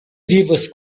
vivas